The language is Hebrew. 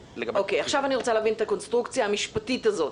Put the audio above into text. --- עכשיו אני רוצה להבין את הקונסטרוקציה המשפטית הזאת.